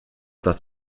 das